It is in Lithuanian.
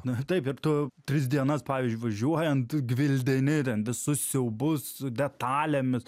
na taip ir tu tris dienas pavyzdžiui važiuojant gvildeni ten visus siaubus detalėmis